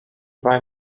dwaj